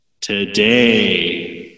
Today